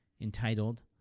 entitled